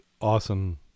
awesome